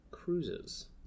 cruises